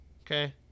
Okay